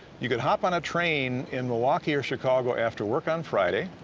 you could hop on a train in milwaukee or chicago after work on friday,